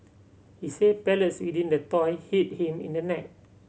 he said pellets within the toy hit him in the neck